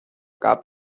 gab